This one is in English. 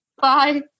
Bye